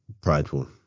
prideful